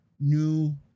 new